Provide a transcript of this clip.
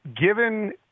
given